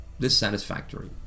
dissatisfactory